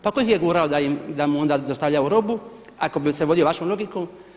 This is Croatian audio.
Pa tko ih je gurao da mu onda dostavljaju robu ako bi se vodio vašom logikom?